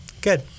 good